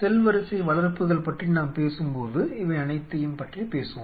செல் வரிசை வளர்ப்புகள் பற்றி நாம் பேசும்போது இவை அனைத்தையும் பற்றி பேசுவோம்